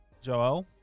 Joel